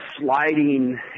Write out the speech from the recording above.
sliding